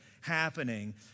happening